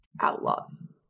outlaws